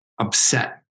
upset